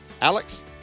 Alex